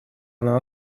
она